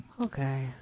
Okay